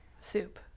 Soup